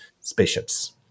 spaceships